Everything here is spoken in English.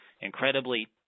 incredibly